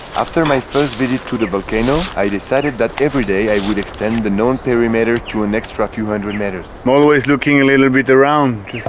after my first visit to the volcano i decided that every day i would extend the known perimeter to an extra few hundred meters i'm always looking a little bit around